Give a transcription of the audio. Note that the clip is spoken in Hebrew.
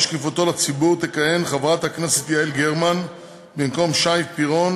שקיפותו לציבור תכהן חברת הכנסת יעל גרמן במקום שי פירון,